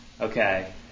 Okay